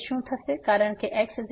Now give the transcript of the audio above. ચાલો હું આને પહેલા સમજાવું